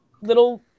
little